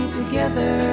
together